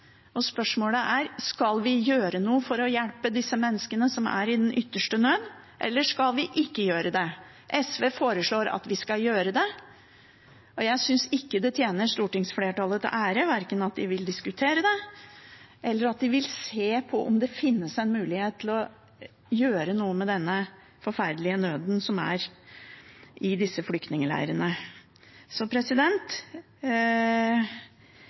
og spørsmålet er: Skal vi gjøre noe for å hjelpe disse menneskene som er i den ytterste nød, eller skal vi ikke gjøre det? SV foreslår at vi skal gjøre det. Jeg synes ikke det tjener stortingsflertallet til ære at man verken vil diskutere det eller se på om det finnes en mulighet til å gjøre noe med den forferdelige nøden som er i disse